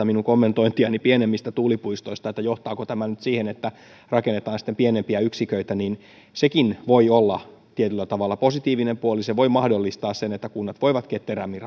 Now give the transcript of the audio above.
minun kommentointiani pienemmistä tuulipuistoista että johtaako tämä nyt siihen että rakennetaan sitten pienempiä yksiköitä sekin voi olla tietyllä tavalla positiivinen puoli se voi mahdollistaa sen että kunnat voivat ketterämmin